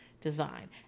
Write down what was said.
design